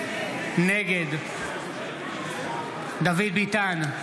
נגד דוד ביטן,